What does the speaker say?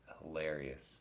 hilarious